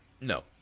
No